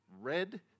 red